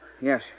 Yes